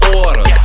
order